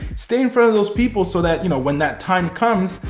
stay in front of those people, so that you know when that time comes,